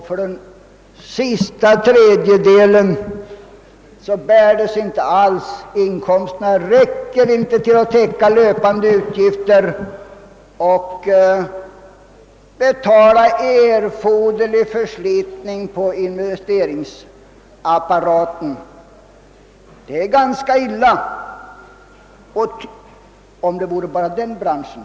För den sista tredjedelen bär det sig inte alls — inkoms terna räcker inte till för att täcka löpande utgifter och investeringar för att ersätta förslitningar i produktionsapparaten. Detta är ganska illa. Det ginge väl an, om det gällde bara verkstadsbranschen.